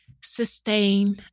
sustain